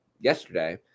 yesterday